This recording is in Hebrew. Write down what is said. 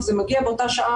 וזה מגיע באותה שעה,